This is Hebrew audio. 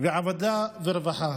והעבודה והרווחה.